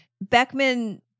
Beckman